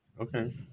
Okay